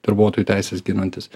darbuotojų teises ginantis